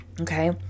Okay